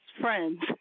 friends